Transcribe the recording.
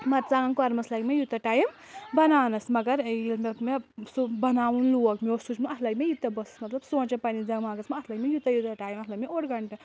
مرژٕانٛگَن کوٚرمَس لگہِ مےٚ یوٗتاہ ٹایِم بَناونَس مگر ییٚلہِ مےٚ مےٚ سُہ بَناوُن لوگ مےٚ اوس سوٗنٛچمُت اَتھ لگہِ مےٚ یوٗتاہ بہٕ مطلب سونٛچان پنٛنِس دؠماغَس منٛز اَتھ لٔگۍ مےٚ یوٗتاہ یوٗتاہ ٹایِم اَتھ لگ مےٚ اوٚڑ گنٛٹہٕ